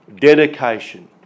dedication